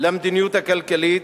בפני המדיניות הכלכלית.